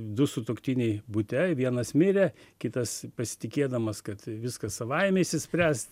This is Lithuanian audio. du sutuoktiniai bute vienas mirė kitas pasitikėdamas kad viskas savaime išsispręs